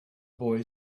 boy